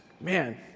man